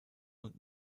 und